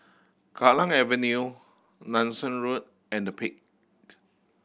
Kallang Avenue Nanson Road and The Peak